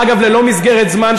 אגב, ללא מסגרת זמן.